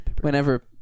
whenever